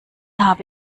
habe